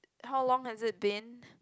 how long has it been